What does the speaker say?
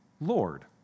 Lord